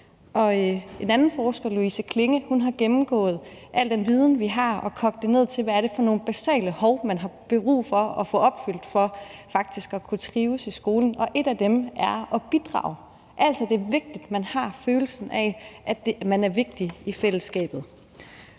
En anden forsker, Louise Klinge, har gennemgået al den viden, vi har, og kogt det ned til, hvad det er for nogle basale behov, man har brug for at få opfyldt for faktisk at kunne trives i skolen. Et af dem er at bidrage. Det er vigtigt, at man har følelsen af, at man er vigtig i fællesskabet.